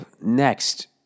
next